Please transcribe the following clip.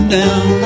down